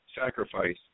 Sacrifice